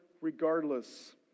regardless